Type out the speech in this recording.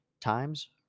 times